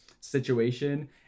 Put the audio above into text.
situation